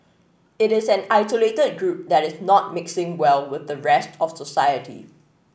it is an isolated group that is not mixing well with the rest of society